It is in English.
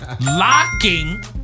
Locking